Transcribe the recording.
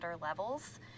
levels